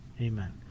Amen